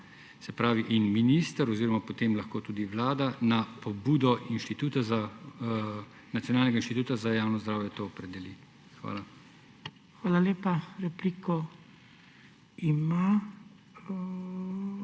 Se pravi in minister oziroma potem lahko tudi Vlada na pobudo Nacionalnega inštituta za javno zdravje to opredeli. Hvala. **PODPREDSEDNIK